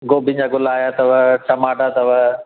गोभियुनि जा गुल आया अथव टमाटा अथव